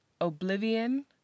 Oblivion